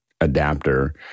adapter